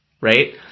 right